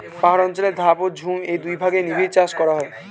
পাহাড় অঞ্চলে ধাপ ও ঝুম এই দুই ভাগে নিবিড় চাষ করা হয়